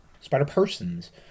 Spider-Persons